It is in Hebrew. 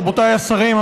רבותיי השרים,